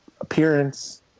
appearance